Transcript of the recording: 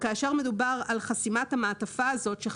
כאשר מדובר על חסימת המעטפה הזאת,